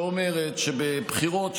שאומרת שבבחירות שמתקיימות,